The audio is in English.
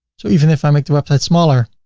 so even if i make the website smaller,